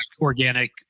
organic